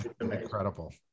Incredible